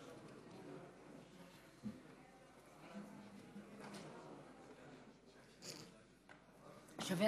שווה